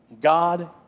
God